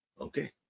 okay